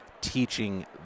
teaching